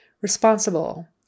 Responsible